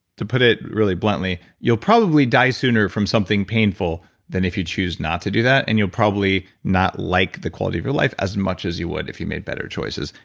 to put it really bluntly, you'll probably die sooner from something painful than if you choose not to do that and you'll probably not like the quality of your life as much as you would if you made better choices.